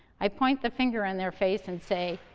i point the finger in their face and say,